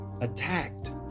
attacked